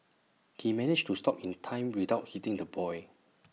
he managed to stop in time without hitting the boy